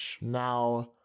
Now